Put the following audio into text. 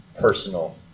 personal